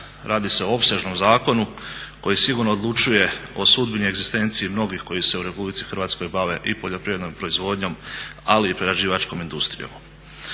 radi se o opsežnom zakonu koji sigurno odlučuje o sudbini egzistencije mnogih koji se u Republici Hrvatskoj bave i poljoprivrednom proizvodnjom ali i prerađivačkom industrijom.